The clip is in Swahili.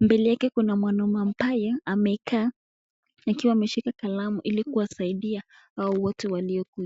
Mbele yake kuna mwanaume ambaye amekaa akiwa ameshika kalamu ili kuwasaidia hawa wote waliokuja.